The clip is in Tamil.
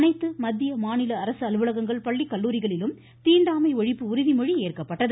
அனைத்து மத்திய மாநில அரசு அலுவலகங்கள் பள்ளி கல்லூரிகளிலும் தீண்டாமை ஒழிப்பு உறுதிமொழி ஏற்கப்பட்டது